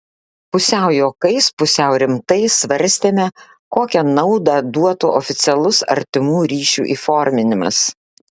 pusiau juokais pusiau rimtai svarstėme kokią naudą duotų oficialus artimų ryšių įforminimas